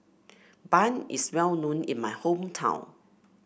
bun is well known in my hometown